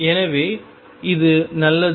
எனவே இது நல்லது